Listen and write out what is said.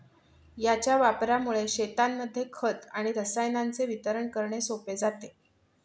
याच्या वापरामुळे शेतांमध्ये खत व रसायनांचे वितरण करणे सोपे जाते